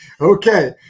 Okay